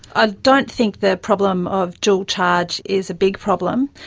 ah don't think the problem of dual charge is a big problem,